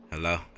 Hello